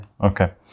Okay